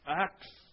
Acts